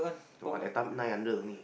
!wah! they thumb nine hundred only